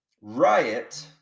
riot